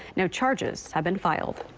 no charges have been filed.